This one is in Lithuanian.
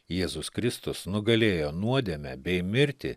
jėzus kristus nugalėjo nuodėmę bei mirtį